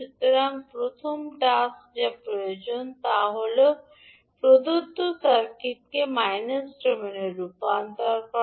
সুতরাং প্রথম টাস্ক যা প্রয়োজন তা হল প্রদত্ত সার্কিটকে মাইনাস ডোমেনে রূপান্তর করা